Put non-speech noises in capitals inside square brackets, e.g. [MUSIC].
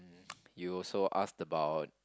[NOISE] you also asked about